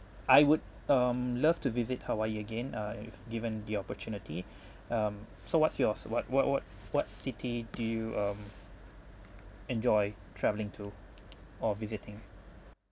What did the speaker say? I would um love to visit hawaii again ah if given the opportunity um so what's yours what what what what city do you um enjoy travelling to or visiting